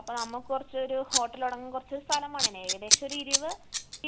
അപ്പം നമ്മൾക്ക് കുറച്ച് ഒരു ഹോട്ടല് തുടങ്ങാൻ കുറച്ച് സ്ഥലം വേണേനു ഏകദേശം ഒരു ഇരുപത്